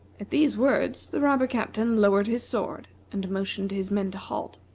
at these words, the robber captain lowered his sword, and motioned to his men to halt.